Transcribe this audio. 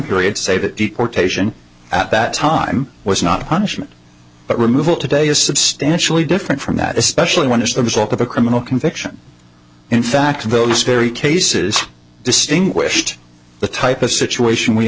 period say that deportation at that time was not a punishment but removal today is substantially different from that especially when it's the result of a criminal conviction in fact those very cases distinguished the type of situation we